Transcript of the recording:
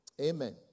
Amen